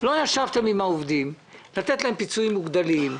לא נפגשתם עם העובדים לתת להם פיצויים מוגדלים,